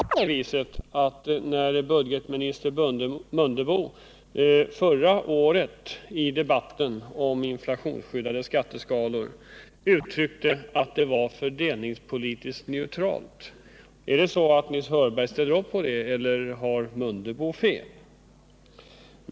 Herr talman! Jag måste återigen ta upp frågan om inflationsskyddet. Nils Hörberg gjorde en ganska lång utläggning om detta. Han menar att detta inte medför några orättvisor. Man kan naturligtvis lägga upp detta resonemang hur man vill, men jag tycker att det är ganska väsentligt att få sakerna belysta. I förra årets debatt om de inflationsskyddade skatteskalorna sade budgetminister Mundebo att det hela var fördelningspolitiskt neutralt. Delar Nils Hörberg denna uppfattning eller har budgetminister Mundebo fel?